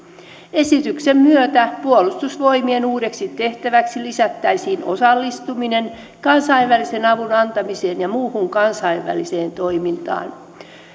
esityksen myötä puolustusvoimien uudeksi tehtäväksi lisättäisiin osallistuminen kansainvälisen avun antamiseen ja muuhun kansainväliseen toimintaan